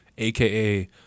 aka